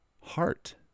heart